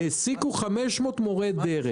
העסיקו 500 מורי דרך.